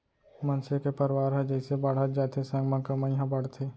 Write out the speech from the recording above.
मनसे के परवार ह जइसे बाड़हत जाथे संग म कमई ह बाड़थे